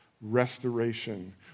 restoration